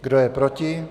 Kdo je proti?